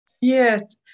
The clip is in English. Yes